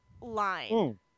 line